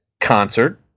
concert